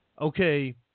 okay